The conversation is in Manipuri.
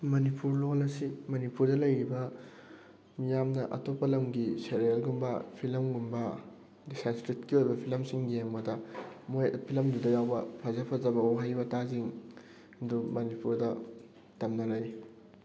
ꯃꯅꯤꯄꯨꯔ ꯂꯣꯜ ꯑꯁꯤ ꯃꯅꯤꯄꯨꯔꯗ ꯂꯩꯔꯤꯕ ꯃꯤꯌꯥꯝꯅ ꯑꯇꯣꯞꯄ ꯂꯝꯒꯤ ꯁꯦꯔꯦꯜ ꯒꯨꯝꯕ ꯐꯤꯂꯝ ꯒꯨꯝꯕ ꯁꯪꯁꯀ꯭ꯔꯤꯠꯀꯤ ꯑꯣꯏꯕ ꯐꯤꯜꯃꯁꯤꯡ ꯌꯦꯡꯕꯗ ꯃꯣꯏ ꯐꯤꯂꯝꯗꯨꯗ ꯌꯥꯎꯕ ꯐꯖ ꯐꯖꯕ ꯋꯥꯍꯩ ꯋꯥꯇꯥꯁꯤꯡ ꯑꯗꯨ ꯃꯅꯤꯄꯨꯔꯗ ꯇꯝꯅꯔꯛꯏ